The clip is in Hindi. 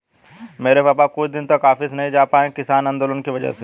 मेरे पापा कुछ दिनों तक ऑफिस नहीं जा पाए किसान आंदोलन की वजह से